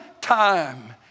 time